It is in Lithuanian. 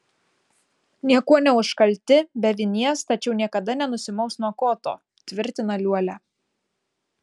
niekuo neužkalti be vinies tačiau niekada nenusimaus nuo koto tvirtina liuolia